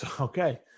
okay